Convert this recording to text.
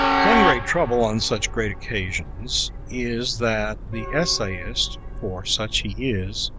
one great trouble on such great occasions is that the essayist for such he is